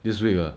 this week ah